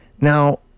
Now